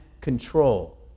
control